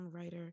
songwriter